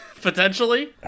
Potentially